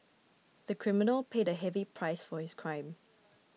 the criminal paid a heavy price for his crime